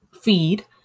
feed